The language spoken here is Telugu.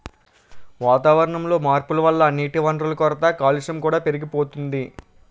వాతావరణంలో మార్పుల వల్ల నీటివనరుల కొరత, కాలుష్యం కూడా పెరిగిపోతోంది